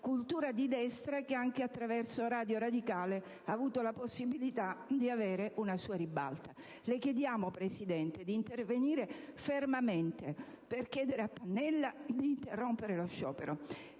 cultura di destra anche attraverso Radio radicale ha avuto la possibilità di avere una sua ribalta. Le chiediamo, Presidente, di intervenire fermamente per chiedere a Pannella di interrompere lo sciopero